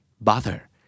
Bother